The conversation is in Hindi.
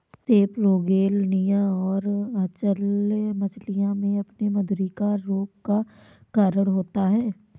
सेपरोगेलनिया और अचल्य मछलियों में मधुरिका रोग का कारण होता है